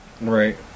right